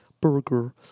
Burger